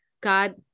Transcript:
God